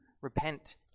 Repent